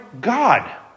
God